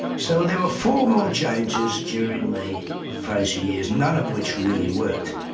so there were four more changes during the fraser years, none of which really worked,